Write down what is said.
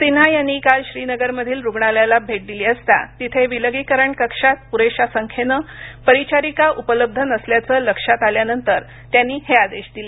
सिन्हा यांनी काल श्रीनगरमधील रुग्णालयाला भेट दिली असता तिथे विलगीकरण कक्षात पुरेशा संख्येनं परिचारिका उपलब्ध नसल्याचं लक्षात आल्यानंतर त्यांनी हे आदेश दिले